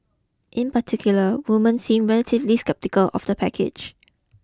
in particular women seem relatively sceptical of the package